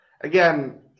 again